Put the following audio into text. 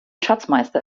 schatzmeister